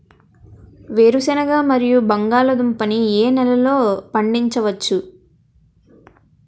వేరుసెనగ మరియు బంగాళదుంప ని ఏ నెలలో పండించ వచ్చు?